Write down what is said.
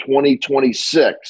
2026